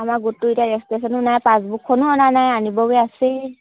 আমাৰ গোতটো এতিয়া ৰেজিষ্ট্ৰেশ্যনো নাই পাছবুকখনো অনা নাই আনিবগৈ আছেই